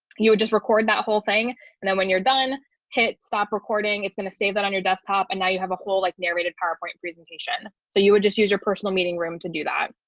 you will just record that whole thing and then when you're done pit stop recording it's going to save that on your desktop and now you have a whole like narrated powerpoint presentation. so you would just use your personal meeting room to do that.